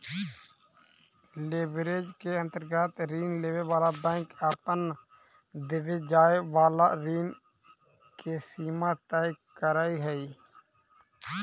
leverage के अंतर्गत ऋण देवे वाला बैंक अपन देवे जाए वाला ऋण के सीमा तय करऽ हई